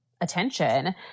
attention